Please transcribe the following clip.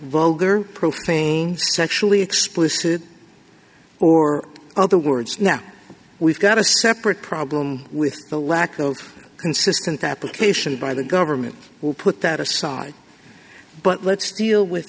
vulgar profane sexually explicit or other words now we've got a separate problem with the lack of consistent application by the government will put that aside but let's deal with